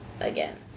again